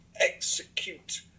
execute